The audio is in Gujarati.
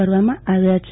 કરવામાં આવ્યા છે